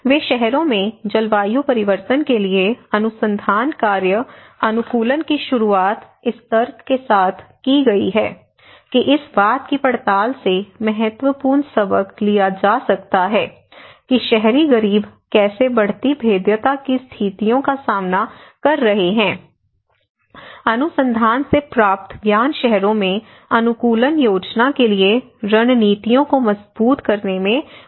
वे शहरों में जलवायु परिवर्तन के लिए अनुसंधान कार्य अनुकूलन की शुरुआत इस तर्क के साथ की गई है कि इस बात की पड़ताल से महत्वपूर्ण सबक लिया जा सकता है कि शहरी गरीब कैसे बढ़ती भेद्यता की स्थितियों का सामना कर रहे हैं अनुसंधान से प्राप्त ज्ञान शहरों में अनुकूलन योजना के लिए रणनीतियों को मजबूत करने में मदद कर सकता है